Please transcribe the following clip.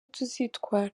tuzitwara